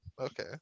okay